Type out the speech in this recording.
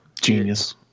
genius